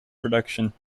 production